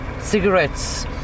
cigarettes